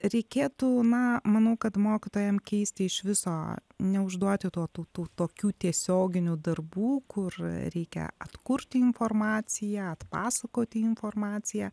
reikėtų na manau kad mokytojam keisti iš viso neužduoti to tų tų tokių tiesioginių darbų kur reikia atkurti informaciją atpasakoti informaciją